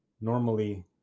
normally